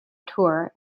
tour